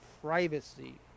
privacy